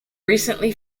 recently